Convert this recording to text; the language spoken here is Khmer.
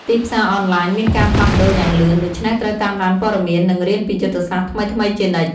ទីផ្សារអនឡាញមានការផ្លាស់ប្ដូរយ៉ាងលឿន ដូច្នេះត្រូវតាមដានព័ត៌មាន និងរៀនពីយុទ្ធសាស្ត្រថ្មីៗជានិច្ច។